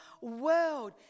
world